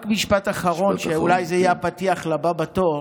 רק משפט אחרון, שאולי יהיה הפתיח לבא בתור: